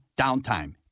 Downtime